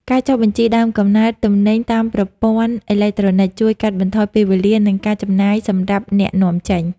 ការចុះបញ្ជីដើមកំណើតទំនិញតាមប្រព័ន្ធអេឡិចត្រូនិក ជួយកាត់បន្ថយពេលវេលា និងការចំណាយសម្រាប់អ្នកនាំចេញ។